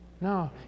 No